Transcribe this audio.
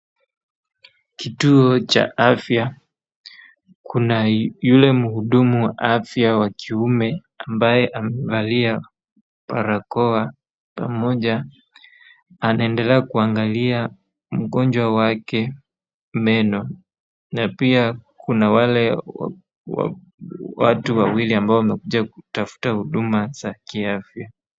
Kituo cha afya. Kuna yule mhudumu wa afya wa kiume ambaye amevalia barakoa pamoja. Anaendelea kuangalia mgonjwa wake meno, na pia kuna wale wa, wa, watu wawili ambao wamekuja kutafuta huduma za kiafya.